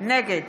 נגד